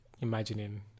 imagining